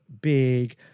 big